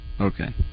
Okay